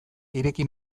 ireki